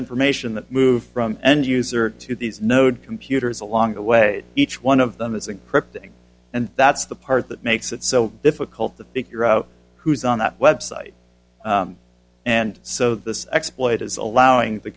information that move from end user to these node computers along the way each one of them is encrypted and that's the part that makes it so difficult to figure out who's on that website and so this exploit is allowing the